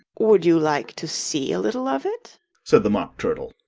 would you like to see a little of it said the mock turtle.